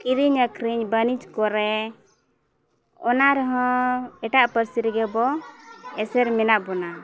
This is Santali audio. ᱠᱤᱨᱤᱧ ᱟᱠᱷᱨᱤᱧ ᱵᱟᱹᱱᱤᱡᱽ ᱠᱚᱨᱮ ᱚᱱᱟ ᱨᱮᱦᱚᱸ ᱮᱴᱟᱜ ᱯᱟᱹᱨᱥᱤ ᱨᱮᱜᱮ ᱵᱚᱱ ᱮᱥᱨ ᱢᱮᱱᱟᱜ ᱵᱚᱱᱟ